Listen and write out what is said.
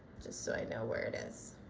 just so i know where it is.